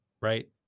right